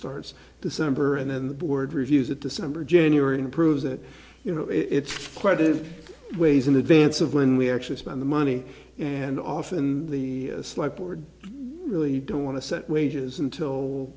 starts december and then the board reviews it december january and proves that you know it's quite a ways in advance of when we actually spend the money and often the slight board really don't want to set wages until